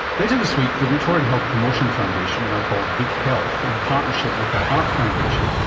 later this week the victorian health promotion foundation, now called vichealth, in partnership with the heart foundation,